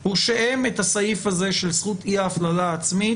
היא שהם את הסעיף הזה של זכות אי ההפללה העצמית